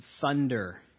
thunder